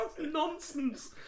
nonsense